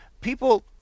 people